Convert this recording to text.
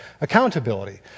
accountability